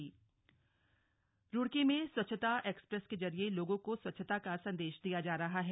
स्वच्छता एक्सप्रेस रुड़की में स्व्छता एक्सप्रेस के जरिए लोगों को स्वच्छता का संदेश दिया जा रहा है